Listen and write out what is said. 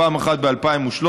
פעם אחת ב-2013,